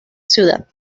ciudad